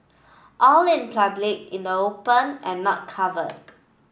all in public in the open and not covered